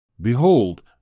Behold